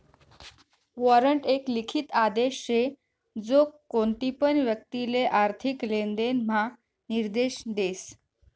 warrant एक लिखित आदेश शे जो कोणतीपण व्यक्तिले आर्थिक लेनदेण म्हा निर्देश देस